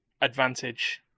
advantage